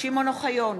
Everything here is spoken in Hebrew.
שמעון אוחיון,